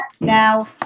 now